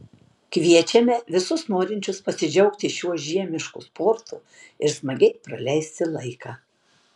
kviečiame visus norinčius pasidžiaugti šiuo žiemišku sportu ir smagiai praleisti laiką